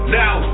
now